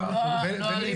שיהיו האקסטרה, לא הליבה.